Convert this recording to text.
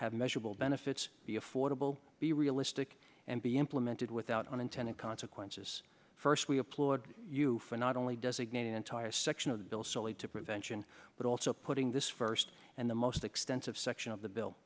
have measurable benefits be affordable be realistic and be implemented without unintended consequences first we applaud you for not only designating entire section of the bill solely to prevention but also putting this first and the most extensive section of the bill